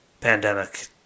pandemic